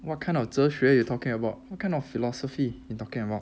what kind of 哲学 you talking about what kind of philosophy you talking about